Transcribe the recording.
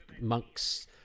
monks